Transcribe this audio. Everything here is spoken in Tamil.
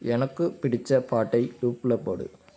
எனக்கு பிடித்த பாட்டை லூப்பில் போடு